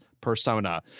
persona